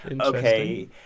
Okay